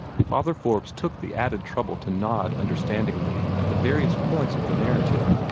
father forbes took the added trouble to nod understandingly at the various points of the narrative,